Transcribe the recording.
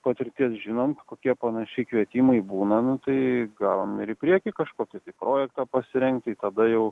patirties žinom kokie panašiai kvietimai būna nu tai gavom ir į priekį kažkokį tai projektą pasirengti tai tada jau